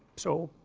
so,